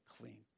clean